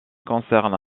concerne